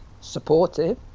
supportive